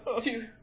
two